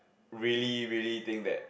really really think that